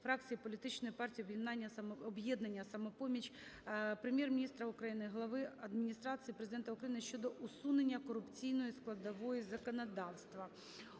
фракції Політичної партії "Об'єднання "Самопоміч", Прем'єр-міністра України, Глави Адміністрації Президента України щодо усунення корупційної складової законодавства.